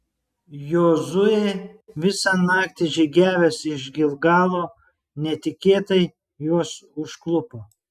jozuė visą naktį žygiavęs iš gilgalo netikėtai juos užklupo